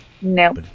no